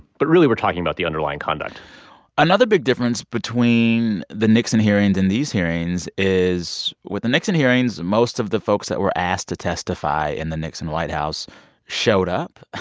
but really we're talking about the underlying conduct another big difference between the nixon hearings and these hearings is, with the nixon hearings, most of the folks that were asked to testify in the nixon white house showed up.